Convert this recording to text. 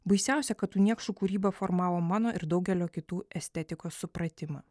baisiausia kad tų niekšų kūryba formavo mano ir daugelio kitų estetikos supratimą